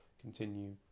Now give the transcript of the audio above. continue